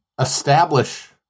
establish